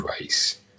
race